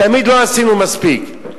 תמיד לא עשינו מספיק.